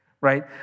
right